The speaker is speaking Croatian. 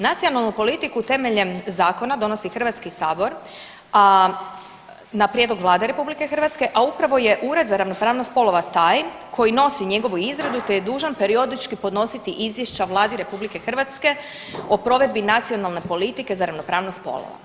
Nacionalnu politiku temeljem zakona donosi Hrvatski sabor, a na prijedlog Vlade RH, a upravo je Ured za ravnopravnost spolova taj koji nosi njegovu izradu te je dužan periodički podnositi izvješća Vladi RH o provedbi Nacionalne politike za ravnopravnost spolova.